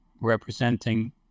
representing